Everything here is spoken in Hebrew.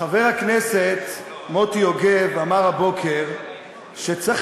חבר הכנסת מוטי יוגב אמר הבוקר שצריך